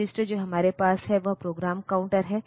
VSS ground है